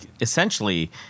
essentially